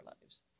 lives